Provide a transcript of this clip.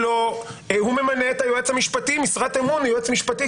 הוא ממנה את היועץ המשפטי משרת אמון; היועץ המשפטי,